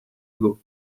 ago